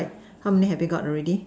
how many have you got already